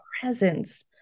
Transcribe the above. presence